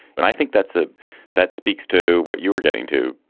and i think that's a that speaks to what you were getting to,